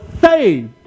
saved